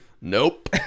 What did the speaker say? Nope